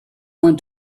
went